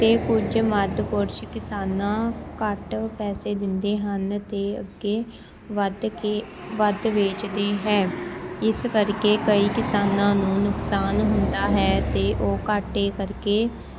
ਅਤੇ ਕੁਝ ਮੱਧ ਪੁਰਸ਼ ਕਿਸਾਨਾਂ ਘੱਟ ਪੈਸੇ ਦਿੰਦੇ ਹਨ ਅਤੇ ਅੱਗੇ ਵੱਧ ਕੇ ਵੱਧ ਵੇਚਦੇ ਹੈ ਇਸ ਕਰਕੇ ਕਈ ਕਿਸਾਨਾਂ ਨੂੰ ਨੁਕਸਾਨ ਹੁੰਦਾ ਹੈ ਅਤੇ ਉਹ ਘਾਟੇ ਕਰਕੇ